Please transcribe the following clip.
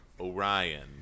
Orion